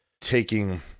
taking